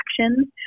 actions